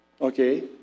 Okay